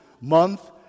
month